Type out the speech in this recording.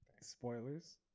Spoilers